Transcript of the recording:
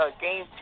game